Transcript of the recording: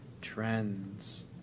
trends